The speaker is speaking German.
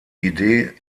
idee